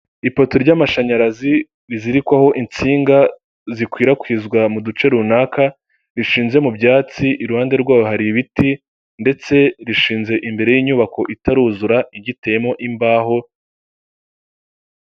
Iduka rifunguye ricuruza ibikoresho byo mu nzu, matora, intebe zikoze mu buryo butandukanye, ameza, utubati, tujyamo inkweto n'utwo bashyiramo ibindi bintu, intebe za purasitike zigerekeranye.